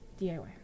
DIY